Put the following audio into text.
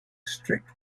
strict